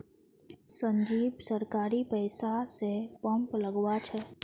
संजीव सरकारी पैसा स पंप लगवा छ